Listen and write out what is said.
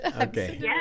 Okay